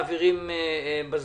מעבירים בזמן.